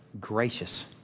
gracious